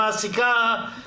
ופה אנחנו עושים את אותו דבר.